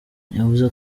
yavuze